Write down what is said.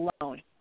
alone